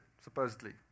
supposedly